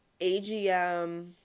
AGM